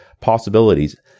possibilities